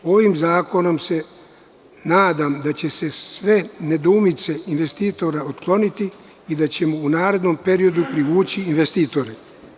Ovim zakonom se nadam da će se sve nedoumice investitora otkloniti i da ćemo u narednom periodu privući investitore.